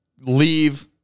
leave